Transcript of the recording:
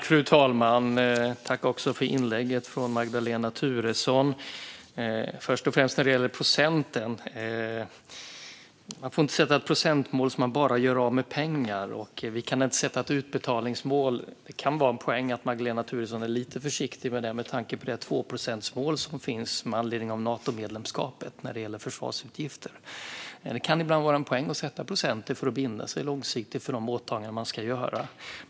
Fru talman! Tack för inlägget från Magdalena Thuresson! Först och främst gäller det procenten. Man får inte sätta ett procentmål så att man bara gör av med pengar, och vi kan inte sätta ett utbetalningsmål, säger Magdalena Thuresson. Det kan finnas en poäng i att hon är lite försiktig med detta med tanke på det tvåprocentsmål som finns med anledning av Natomedlemskapet när det gäller försvarsutgifter. Det kan ibland finnas en poäng med att sätta procentmål för att binda sig långsiktigt vid de åtaganden man ska göra.